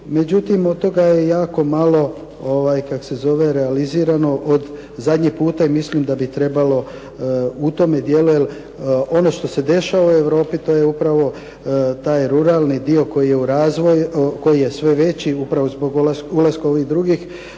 međutim od toga je jako malo realizirano od zadnji puta i mislim da bi trebalo u tome dijelu, jel ono što se dešava u Europi to je upravo taj ruralni dio koji je sve veći upravo zbog ulaska ovih drugih